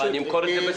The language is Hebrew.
מה, נמכור את זה?